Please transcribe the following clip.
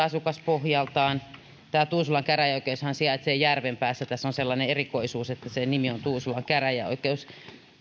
asukaspohjaltaan tämä tuusulan käräjäoikeushan sijaitsee järvenpäässä tässä on sellainen erikoisuus että sen nimi on tuusulan käräjäoikeus